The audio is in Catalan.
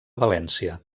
valència